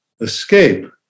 escape